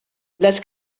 les